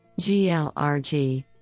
GLRG